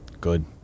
Good